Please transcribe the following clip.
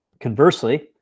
Conversely